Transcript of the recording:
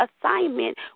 assignment